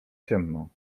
ciemno